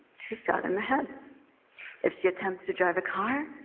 she's shot in the head if she attempts to drive a car,